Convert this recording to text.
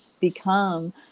become